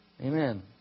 Amen